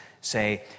say